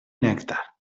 nèctar